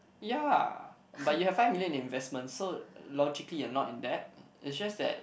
ya but you have five million in investments so logically you are not in debt it's just that